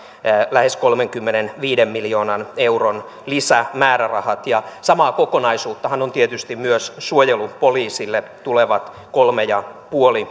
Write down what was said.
lähes kolmenkymmenenviiden miljoonan euron lisämäärärahat samaa kokonaisuuttahan ovat tietysti myös suojelupoliisille tulevat kolme pilkku